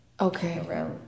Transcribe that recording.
Okay